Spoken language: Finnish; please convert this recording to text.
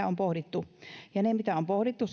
on pohdittu ja ne asiat mitä on pohdittu